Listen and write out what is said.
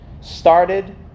started